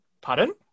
Pardon